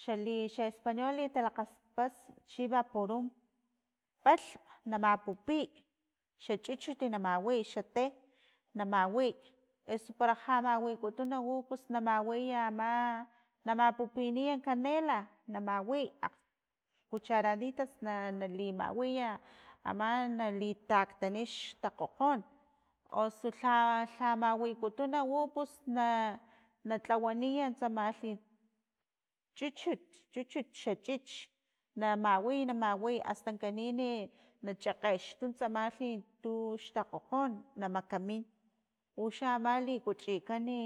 Xali xa- español tali lakgapas chi vaporum palhm na mapupiy xa chuchuy na mawiy xa te na mawiy eso para ja mawikutun u pus na mawiya ama na mapupiniy canela na mawiy cuchuraditas na- nali mawiya ama nali taktani xtakgojon asu lha- lha mawikutun u pus na natlawaniy tsamalhi chuchut chuchut xa chichi na mawiy na mawiy astan kanin na chakgextuy tsamalhi tu tux takgojon na makamin uxa mali likuchikan e